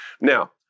Now